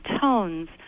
tones